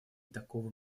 такого